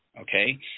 okay